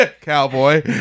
Cowboy